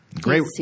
Great